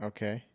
Okay